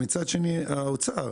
מצד שני על האוצר.